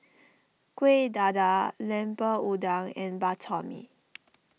Kueh Dadar Lemper Udang and Bak Chor Mee